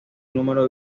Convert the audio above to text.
número